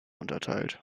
unterteilt